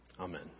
Amen